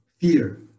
fear